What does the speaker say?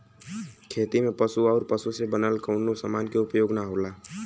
खेती में पशु आउर पशु से बनल कवनो समान के उपयोग ना होला